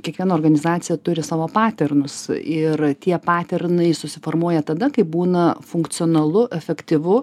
kiekviena organizacija turi savo paternus ir tie paternai susiformuoja tada kai būna funkcionalu efektyvu